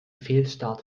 fehlstart